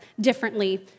differently